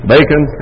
Bacon